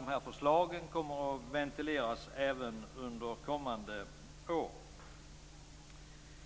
de här förslagen kommer av allt att döma att ventileras under kommande år.